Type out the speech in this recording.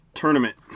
Tournament